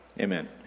Amen